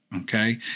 Okay